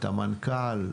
המנכ"ל.